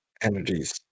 energies